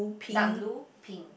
dark blue pink